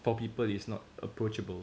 for people is not approachable